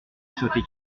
sauter